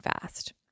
fast